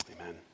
Amen